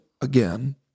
again